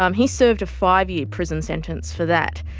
um he served a five-year prison sentence for that.